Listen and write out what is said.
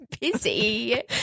busy